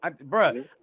bro